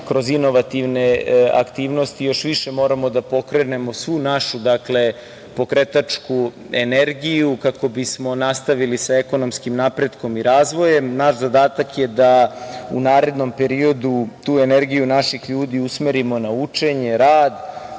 kroz inovativne aktivnosti i još više moramo da pokrenemo svu našu pokretačku energiju kako bismo nastavili sa ekonomskim napretkom i razvojem. Naš zadatak je da u narednom periodu tu energiju naših ljudi usmerimo na učenje, rad,